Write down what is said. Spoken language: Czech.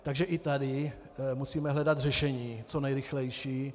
Takže i tady musíme hledat řešení co nejrychlejší.